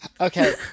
Okay